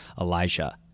Elijah